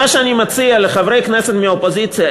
מה שאני מציע לחברי הכנסת מהאופוזיציה,